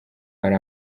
ari